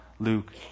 Luke